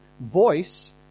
voice